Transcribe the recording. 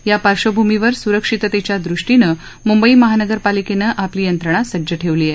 या पार्श्वभूमीवर सुरक्षिततेच्या दृष्टीनं मुंबई महापालिकेनं आपली यंत्रणा सज्ज ठेवली आहे